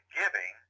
giving